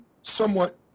somewhat